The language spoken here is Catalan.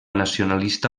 nacionalista